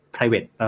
Private